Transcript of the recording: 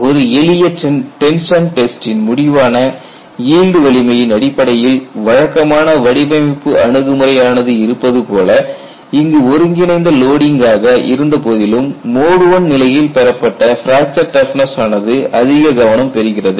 ஒரு எளிய டென்ஷன் டெஸ்ட்டின் முடிவான ஈல்டு வலிமையின் அடிப்படையில் வழக்கமான வடிவமைப்பு அணுகுமுறை ஆனது இருப்பதுபோல இங்கு ஒருங்கிணைந்த லோடிங்காக இருந்தபோதிலும் மோட் I நிலையில் பெறப்பட்ட பிராக்சர் டப்னஸ் ஆனது அதிக கவனம் பெறுகிறது